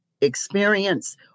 experience